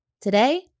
Today